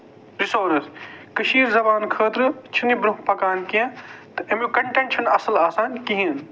resources Kashmir زَبان خٲطرٕ چھُ یہِ برٛونٛہہ پَکان کیٚنٛہہ تہٕ اَمیُک کَنٹٮ۪نٹ چھُنہٕ اَصٕل آسان کِہیٖنٛۍ